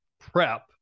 prep